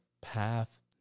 path